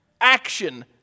action